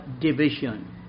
division